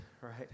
right